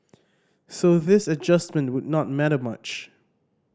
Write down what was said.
so this adjustment would not matter much